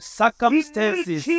circumstances